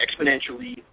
exponentially